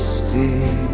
stay